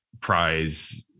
prize